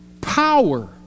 power